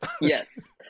Yes